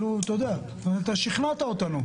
שכנעת אותנו.